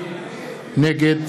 נגד